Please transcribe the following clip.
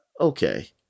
Okay